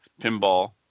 pinball